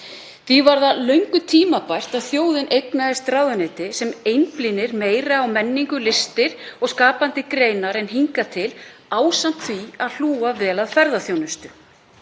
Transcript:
Því var það löngu tímabært að þjóðin eignaðist ráðuneyti sem beinir meira sjónum að menningu, listum og skapandi greinum en hingað til ásamt því að hlúa vel að ferðaþjónustu.